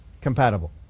compatible